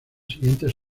siguientes